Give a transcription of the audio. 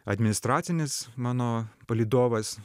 administracinis mano palydovas